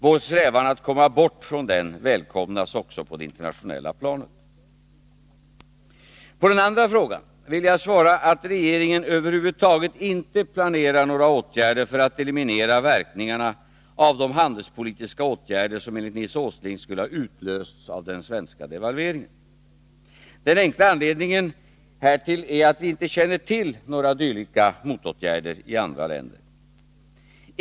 Vår strävan att komma bort från den välkomnas också på det internationella planet. På den andra frågan vill jag svara att regeringen över huvud taget inte planerar några åtgärder för att eliminera verkningarna av de handelspolitiska åtgärder som enligt Nils Åsling skulle ha utlösts av den svenska devalveringen. Den enkla anledningen härtill är att vi inte känner till några dylika motåtgärder i andra länder.